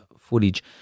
footage